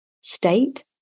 state